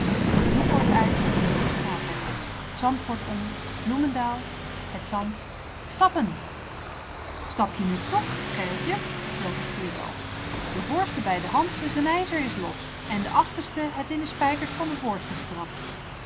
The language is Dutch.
de nieuwpoort uit den straatweg op zandpoort om bloemendaal het zand stappen stap je nu toch gerritje gilt het viertal de voorste bijdehandsche zen ijzer is los en de achterste het in de spijkers van den voorsten